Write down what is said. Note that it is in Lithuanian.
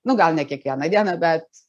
nu gal ne kiekvieną dieną bet